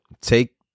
Take